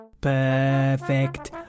Perfect